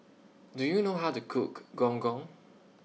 Do YOU know How to Cook Gong Gong